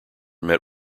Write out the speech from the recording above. met